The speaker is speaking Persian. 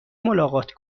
ملاقات